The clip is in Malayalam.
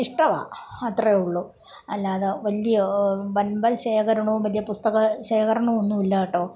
ഇഷ്ടമാണ് അത്രേ ഉള്ളു അല്ലാതെ വലിയ വൻമ്പൻ ശേഖരമോ വലിയ പുസ്തക ശേഖരമോ ഒന്നും ഇല്ല കേട്ടോ